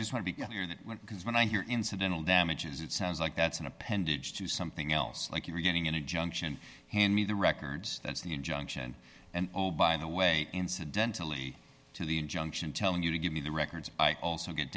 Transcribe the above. just want to get your that went because when i hear incidental damages it sounds like that's an appendage to something else like you're getting an injunction hand me the records that's the injunction and by the way incidentally to the injunction telling you to give me the records i also get